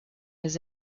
his